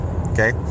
okay